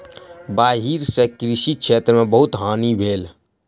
बाइढ़ सॅ कृषि क्षेत्र में बहुत हानि भेल